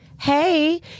hey